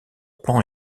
pans